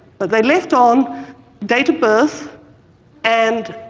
but they left on date of birth and